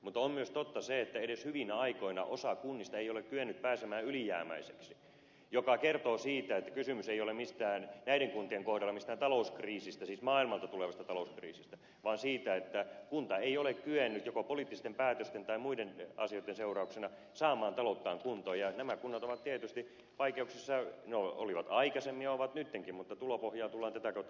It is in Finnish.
mutta totta on myös se että edes hyvinä aikoina osa kunnista ei ole kyennyt pääsemään ylijäämäiseksi mikä kertoo siitä että kysymys ei ole näiden kuntien kohdalla mistään maailmalta tulevasta talouskriisistä vaan siitä että kunta ei ole kyennyt joko poliittisten päätösten tai muiden asioitten seurauksena saamaan talouttaan kuntoon ja nämä kunnat ovat tietysti vaikeuksissa olivat aikaisemmin ja ovat nyttenkin mutta tulopohjaa tullaan tätä kautta vahvistamaan